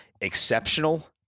exceptional